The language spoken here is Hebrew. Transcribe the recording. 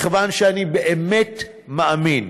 מכיוון שאני באמת מאמין